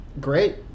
Great